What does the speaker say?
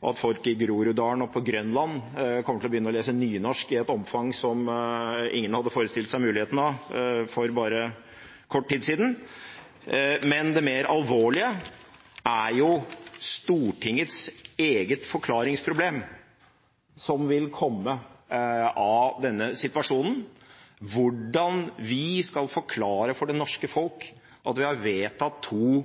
at folk i Groruddalen og på Grønland kommer til å begynne å lese nynorsk i et omfang som ingen hadde forestilt seg muligheten av for bare kort tid siden. Men det mer alvorlige er Stortingets forklaringsproblem som følge av denne situasjonen: Hvordan vi skal forklare for det norske folk at vi har vedtatt to